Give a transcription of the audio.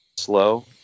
Slow